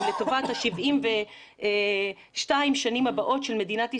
לטובת ה-72 השנים הבאות של מדינת ישראל,